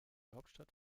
hauptstadt